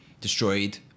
destroyed